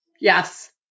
Yes